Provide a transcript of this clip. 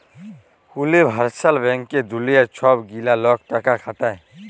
universal ব্যাংকে দুলিয়ার ছব গিলা লক টাকা খাটায়